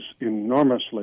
enormously